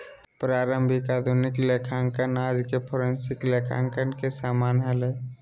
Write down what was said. प्रारंभिक आधुनिक लेखांकन आज के फोरेंसिक लेखांकन के समान हलय